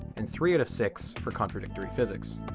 and three out of six for contradictory physics.